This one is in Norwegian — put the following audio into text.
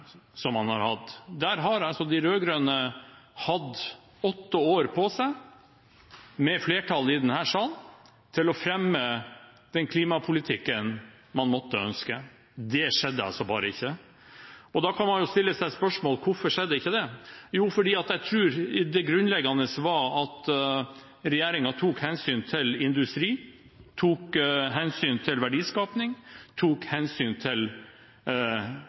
man har hatt. De rød-grønne har hatt åtte år på seg med flertall i denne salen til å fremme den klimapolitikken man måtte ønske. Det skjedde bare ikke. Og da kan man jo stille seg spørsmålet: Hvorfor skjedde det ikke? Jo, jeg tror det grunnleggende var at regjeringen tok hensyn til industri, til verdiskaping og til